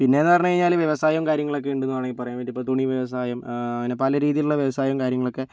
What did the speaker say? പിന്നെയെന്ന് പറഞ്ഞു കഴിഞ്ഞാൽ വ്യവസായവും കാര്യങ്ങളൊക്കെയുണ്ട് എന്ന് വേണമെങ്കിൽ പറയാം പറ്റും ഇപ്പോൾ തുണി വ്യവസായം അങ്ങനെ പല രീതിയിലുള്ള വ്യവസായവും കാര്യങ്ങളൊക്കെ